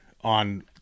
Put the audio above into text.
on